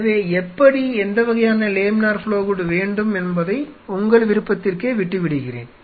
எனவே எப்படி எந்த வகையான லேமினார் ஃப்ளோ ஹூட் வேண்டும் என்பதை உங்கள் விருப்பத்திற்கே விட்டுவிடுகிறேன்